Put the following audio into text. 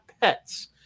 pets